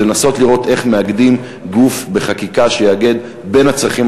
ולנסות לראות איך מאגדים בחקיקה גוף שיחבר בין הצרכים